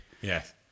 Yes